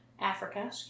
Africa